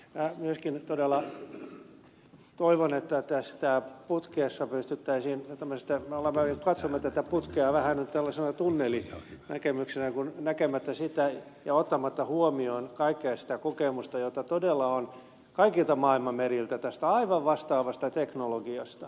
myöskin todella toivon että työstää putkessa vältyttäisiin vetämästä valakari peitsamo tätä tästä putkesta ei puhuttaisi tällaisen tunnelinäkemyksen perusteella näkemättä ja ottamatta huomioon kaikkea sitä kokemusta jota todella on kaikilta maailman meriltä aivan vastaavasta teknologiasta